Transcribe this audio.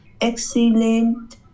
excellent